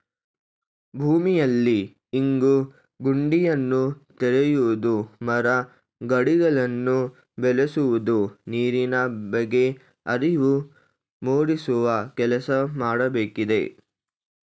ಭೂಮಿಯಲ್ಲಿ ಇಂಗು ಗುಂಡಿಯನ್ನು ತೆರೆಯುವುದು, ಮರ ಗಿಡಗಳನ್ನು ಬೆಳೆಸುವುದು, ನೀರಿನ ಬಗ್ಗೆ ಅರಿವು ಮೂಡಿಸುವ ಕೆಲಸ ಮಾಡಬೇಕಿದೆ